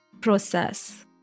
process